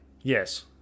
Yes